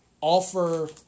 offer